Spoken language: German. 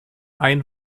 ein